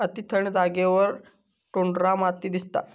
अती थंड जागेवर टुंड्रा माती दिसता